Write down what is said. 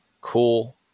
cool